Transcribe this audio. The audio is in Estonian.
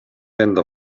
enda